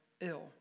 ill